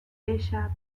ella